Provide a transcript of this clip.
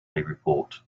report